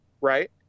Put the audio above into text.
right